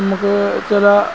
നമക്ക് ചില